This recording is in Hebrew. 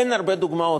אין הרבה דוגמאות,